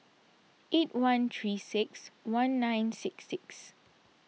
eight one three six one nine six six